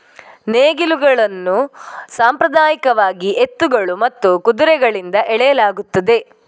ನೇಗಿಲುಗಳನ್ನು ಸಾಂಪ್ರದಾಯಿಕವಾಗಿ ಎತ್ತುಗಳು ಮತ್ತು ಕುದುರೆಗಳಿಂದ ಎಳೆಯಲಾಗುತ್ತದೆ